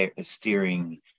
steering